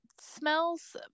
smells